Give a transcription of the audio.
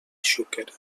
xúquer